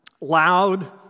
loud